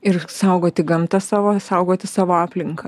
ir saugoti gamtą savo saugoti savo aplinką